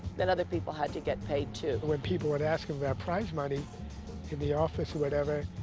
then other people had to get paid too. when people would ask him about prize money in the office or whatever,